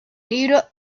libro